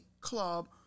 club